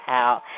out